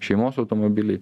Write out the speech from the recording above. šeimos automobiliai